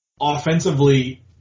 offensively